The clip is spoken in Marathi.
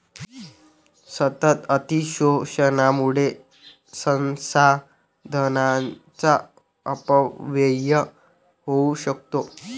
सतत अतिशोषणामुळे संसाधनांचा अपव्यय होऊ शकतो